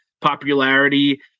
popularity